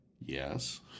Yes